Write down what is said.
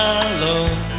alone